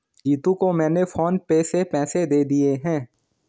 जीतू को मैंने फोन पे से पैसे दे दिए हैं